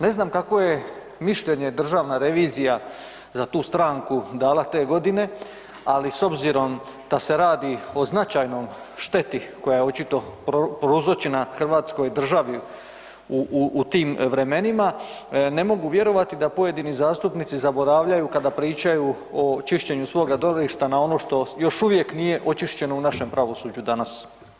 Ne znam kakvo je mišljenje Državna revizija za tu stranku dala te godine, ali s obzirom da se radi o značajnoj šteti koja je očito prouzročena Hrvatskoj državi u tim vremenima, ne mogu vjerovati da pojedini zastupnici zaboravljaju kada pričaju o čišćenju svoga dvorišta na ono što još uvijek nije očišćeno u našem pravosuđu danas.